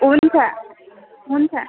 हुन्छ हुन्छ हुन्छ